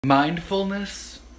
Mindfulness